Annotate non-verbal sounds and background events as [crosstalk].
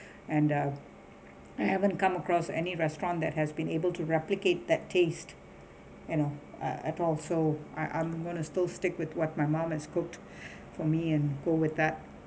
and uh I haven't come across any restaurant that has been able to replicate that taste you know uh at all so I'm I'm gonna still stick with what my mom has cooked [breath] for me and go with that